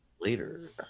Later